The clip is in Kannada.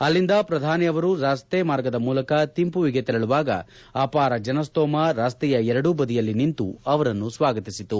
ಅಲ್ಲಿಂದ ಶ್ರಧಾನಿ ಅವರು ರಸ್ತೆ ಮಾರ್ಗದ ಮೂಲಕ ಥಿಂಪುಗೆ ತೆರಳುವಾಗ ಅಪಾರ ಜನಸ್ತೋಮ ರಸ್ತೆಯ ಎರಡೂ ಬದಿಯಲ್ಲಿ ನಿಂತು ಅವರನ್ನು ಸ್ವಾಗತಿಸಿತು